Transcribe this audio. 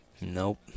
Nope